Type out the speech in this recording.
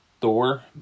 Thor